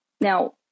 Now